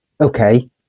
okay